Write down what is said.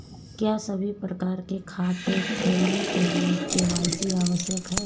क्या सभी प्रकार के खाते खोलने के लिए के.वाई.सी आवश्यक है?